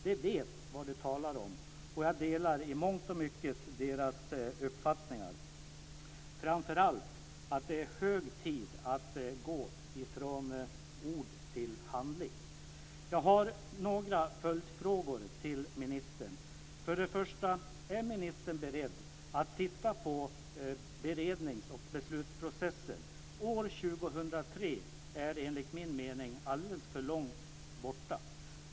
Den vet vad den talar om, och jag delar i mångt och mycket dess uppfattningar - framför allt att det är hög tid att gå från ord till handling. Jag har några följdfrågor till ministern. För det första: Är ministern beredd att titta på berednings och beslutsprocessen? År 2003 ligger enligt min mening alldeles för långt borta.